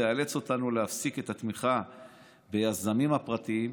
היא תאלץ אותנו להפסיק את התמיכה ביזמים הפרטיים,